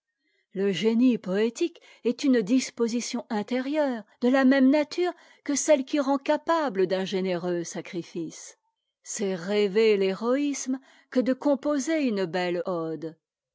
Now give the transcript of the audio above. le génie poétique est une disposition intérieure de la même nature que celle qui rend capable d'un généreux sacrifice c'est rêver l'héroïsme que de composer une belle